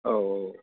औ औ